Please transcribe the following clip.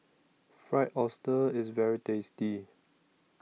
Fried Oyster IS very tasty